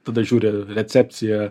tada žiūri recepciją